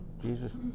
Jesus